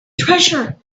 treasure